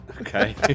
Okay